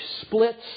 splits